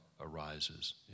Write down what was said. arises